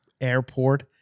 airport